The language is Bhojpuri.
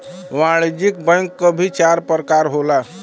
वाणिज्यिक बैंक क भी चार परकार होला